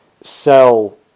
sell